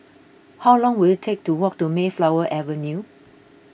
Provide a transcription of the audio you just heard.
how long will it take to walk to Mayflower Avenue